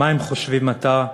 מה הם חושבים עתה,